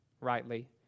rightly